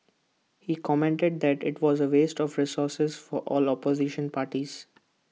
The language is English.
he commented that IT was A waste of resources for all opposition parties